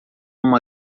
uma